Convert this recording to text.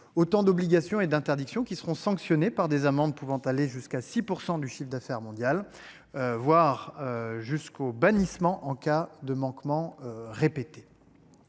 Autant d'obligations et d'interdictions qui seront sanctionnés par des amendes pouvant aller jusqu'à 6% du chiffre d'affaires mondial. Voir. Jusqu'au bannissement. En cas de manquement répété.